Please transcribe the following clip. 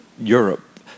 Europe